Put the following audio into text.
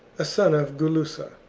a son of gulussa,